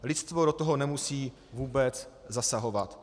Lidstvo do toho nemusí vůbec zasahovat.